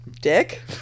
dick